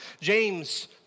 James